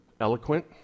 eloquent